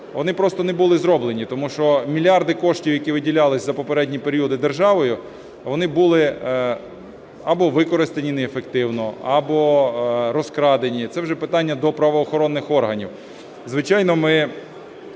вони просто не були зроблені, тому що мільярди коштів, які виділялися за попередні періоди державою, вони були або використані неефективно, або розкрадені. Це вже питання до правоохоронних органів. Звичайно, ми